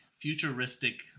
futuristic